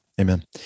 Amen